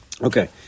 Okay